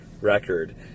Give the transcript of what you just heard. record